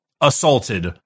assaulted